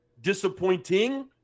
disappointing